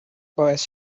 باعث